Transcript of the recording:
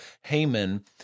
Haman